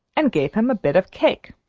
and gave him a bit of cake.